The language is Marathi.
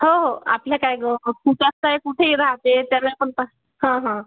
हो हो आपलं काय गं कुठे असतंय कुठे ही राहाते त्याला कोणता हां हां